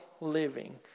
living